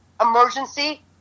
emergency